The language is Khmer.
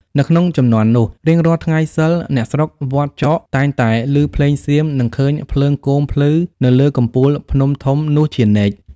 នៅក្នុងជំនាន់នោះ រាងរាល់ថ្ងៃសីលអ្នកស្រុកវត្តចក តែងតែឮភ្លេងសៀម និងឃើញភ្លើងគោមភ្លឺ នៅលើកំពូលភ្នំធំនោះជានិច្ច។